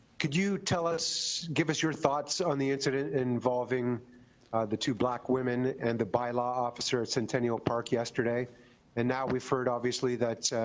could you tell us give us your thoughts on the incident involving the two black women and the bylaw officer at centennial park yesterday and now we've heard obviously that